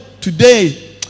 today